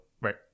Right